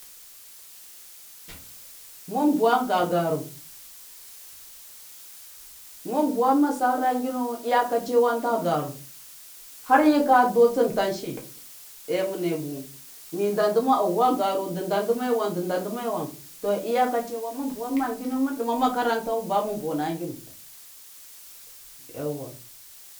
mɨn bawan ga garu mɨn bawan ma sara ngimu iyakaciwan nda garu har yika dutsen tanshi mɨnbuwɨn dɨ ndandɨme wan a vuwa garu dɨ ndandɨmewan dɨ ndandɨmewan to iyakaciwan mɨn bawan ma nginu, mɨn dɨn ma makarantau ba mɨn buna gimu, yauwa.